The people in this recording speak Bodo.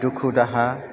दुखु दाहा